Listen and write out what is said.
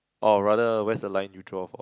or rather where's the line you draw for